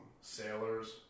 sailors